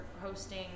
hosting